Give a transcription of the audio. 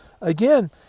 Again